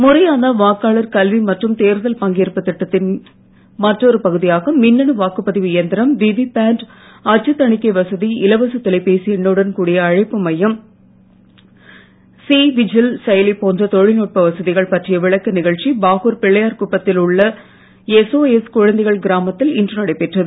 முறையான வாக்காளர் கல்வி மற்றும் தேர்தல் பங்கேற்புத் திட்டத்தின் மற்றொரு பகுதியாக மின்னணு வாக்குப்பதிவு இயந்திரம் விவி பேட் அச்சுத் தணிக்கை வசதி இலவச தொலைபேசி எண்ணுடன் கூடிய அழைப்பு மையம் சி விஜில் செயலி போன்ற தொழல்நுட்ப வசதிகள் பற்றிய விளக்க நிகழ்ச்சி பாகூர் பிள்ளையார் குப்பத்தில் உள்ள ஏஸ்ஒஎஸ் குழந்தைகள் கிராமத்தில் இன்று நடைபெற்றது